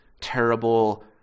terrible